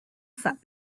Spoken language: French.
femme